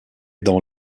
dans